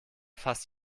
fast